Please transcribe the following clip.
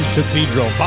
Cathedral